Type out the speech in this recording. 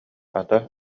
ата